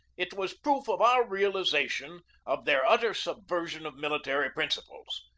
it was proof of our realization of their utter subversion of military principles,